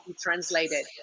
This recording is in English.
translated